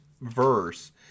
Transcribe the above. verse